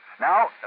Now